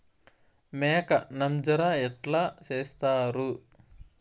మేక నంజర ఎట్లా సేస్తారు?